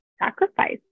sacrifice